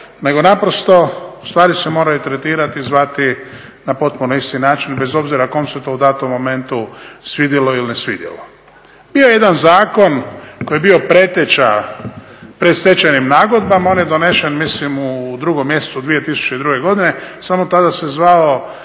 nego naprosto stvari se moraju tretirati i zvati na potpuno isti način, bez obzira kom se to u datom momentu svidjelo ili ne svidjelo. Bio je jedan zakon koji je bio preteča predstečajnim nagodbama, on je donesen mislim u 2. mjesecu 2002. godine, samo tada se zvao